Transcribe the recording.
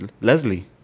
leslie